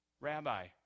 Rabbi